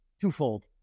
twofold